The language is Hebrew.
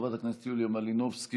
חברת הכנסת יוליה מלינובסקי,